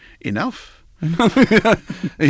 Enough